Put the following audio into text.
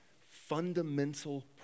fundamental